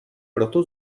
proto